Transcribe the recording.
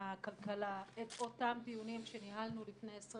והכלכלה את אותם טיעונים שניהלנו לפני 23,